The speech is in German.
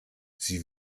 sie